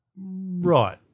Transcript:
Right